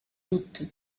doute